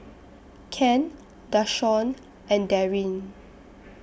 Ken Dashawn and Darryn